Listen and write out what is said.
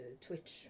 twitch